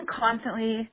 constantly